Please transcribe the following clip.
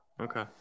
Okay